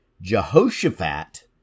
Jehoshaphat